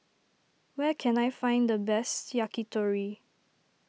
where can I find the best Yakitori